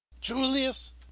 Julius